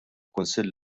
kunsill